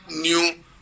new